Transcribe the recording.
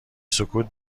سکوت